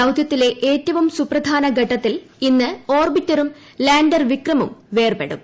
ദൌതൃത്തിലെ ഏറ്റവും സുപ്രധാന ഘട്ടത്തിൽ ഇന്ന് ഓർബിറ്ററും ലാൻഡർ വിക്രമും വേർപെടും